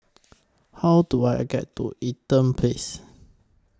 How Do I get to Eaton Place